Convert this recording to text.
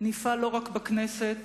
נפעל לא רק בכנסת